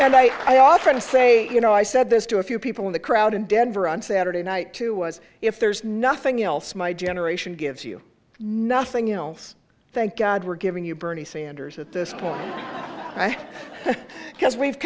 and i often say you know i said this to a few people in the crowd in denver on saturday night two was if there's nothing else my generation gives you nothing else thank god we're giving you bernie sanders at this point right because we've